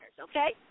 okay